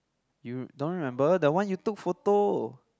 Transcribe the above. you don't remember that one you took photo